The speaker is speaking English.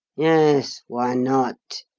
yes why not?